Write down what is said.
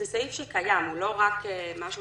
זה סעיף שקיים, לא רק משהו